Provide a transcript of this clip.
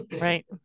Right